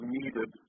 needed